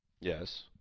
Yes